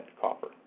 copper